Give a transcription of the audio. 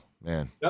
man